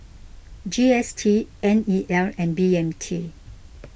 G S T N E L and B M T